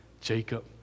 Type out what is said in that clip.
Jacob